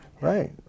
right